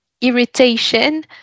irritation